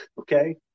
okay